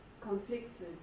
conflicts